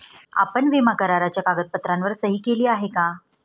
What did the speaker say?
आपण विमा कराराच्या कागदपत्रांवर सही केली आहे का?